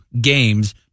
games